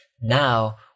now